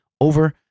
over